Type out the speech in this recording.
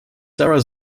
sarah